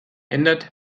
ändert